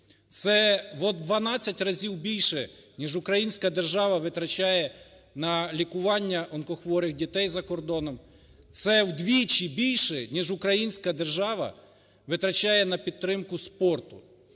разів більше, ніж українська держава витрачає на лікування онкохворих дітей за кордоном, це вдвічі більше, ніж українська держава витрачає на підтримку спорту.